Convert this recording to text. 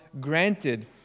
granted